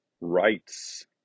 rights